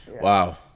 Wow